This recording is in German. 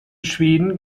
schweden